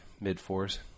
mid-fours